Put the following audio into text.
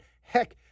Heck